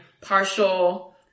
partial